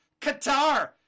Qatar